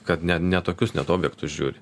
kad net ne tokius net objektus žiūri